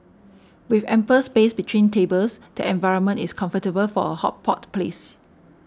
with ample space between tables the environment is comfortable for a hot pot place